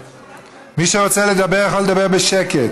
מי שרוצה לדבר יכול לדבר בשקט.